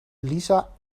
lisa